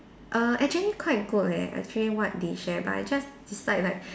err actually quite good leh actually what they share but I just dislike like